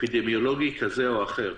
אפידמיולוגי כזה או אחר,